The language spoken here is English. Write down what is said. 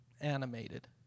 animated